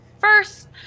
first